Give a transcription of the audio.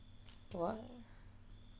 what